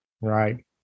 Right